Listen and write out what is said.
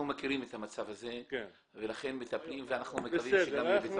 אנחנו מכירים את המצב הזה ולכן מטפלים ואנחנו מקווים שגם יהיה פתרון.